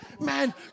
Man